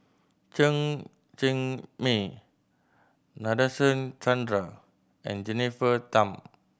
Chen Cheng Mei Nadasen Chandra and Jennifer Tham